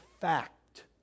fact